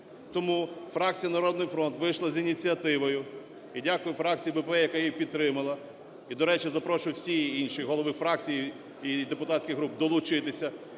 Тому фракція "Народний фронт" вийшла з ініціативою, і дякую фракції БПП, яка її підтримала, і, до речі, запрошую всі інші голови фракцій і депутатських груп долучитися